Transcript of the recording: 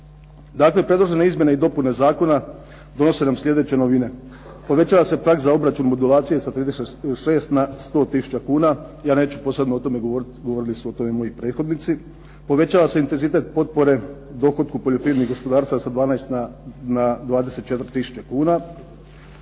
Dakle, predložene izmjene i dopune zakona donose nam sljedeće novine. Povećava se prag za obračun modulacije sa 36 na 100 tisuća kuna. Ja neću posebno o tome govoriti, govorili su o tome moji prethodnici. Povećava se intenzitet potpore dohotku poljoprivrednih gospodarstava sa 12 na 24 tisuće kuna.